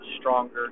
stronger